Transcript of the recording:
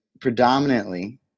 predominantly